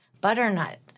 butternut